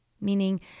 Meaning